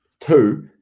Two